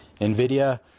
NVIDIA